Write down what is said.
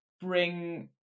bring